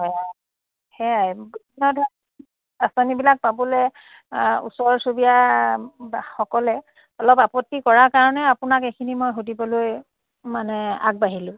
সেয়াই আঁচনিবিলাক পাবলৈ ওচৰ চুবুৰীয়াসকলে অলপ আপত্তি কৰাৰ কাৰণে আপোনাক এইখিনি মই সুধিবলৈ মানে আগবাঢ়িলোঁ